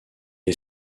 est